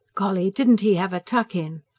golly, didn't he have a tuck-in!